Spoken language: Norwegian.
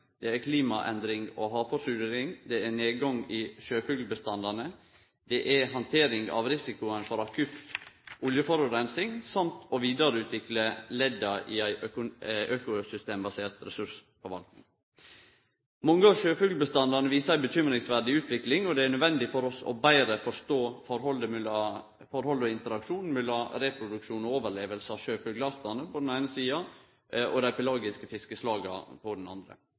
det er klimaendring og havforsuring, nedgang i sjøfuglbestandane, handtering av risikoen for akutt oljeforureining og å vidareutvikle ledda i ei økosystembasert ressursforvaltning. Mange av sjøfuglbestandane viser ei bekymringsfull utvikling, og det er nødvendig for oss å forstå betre forholdet og interaksjonen mellom reproduksjon og overleving av sjøfuglartane på den eine sida og dei pelagiske fiskeslaga på den andre.